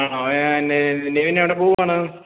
ആണോ നിവിൻ എവിടെ പോവുകയാണ്